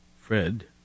Fred